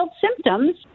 symptoms